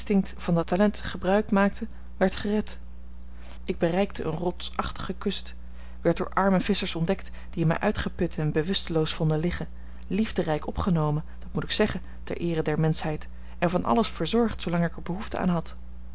van dat talent gebruik maakte werd gered ik bereikte eene rotsachtige kust werd door arme visschers ontdekt die mij uitgeput en bewusteloos vonden liggen liefderijk opgenomen dat moet ik zeggen ter eere der menschheid en van alles verzorgd zoolang ik er behoefte aan had